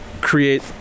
create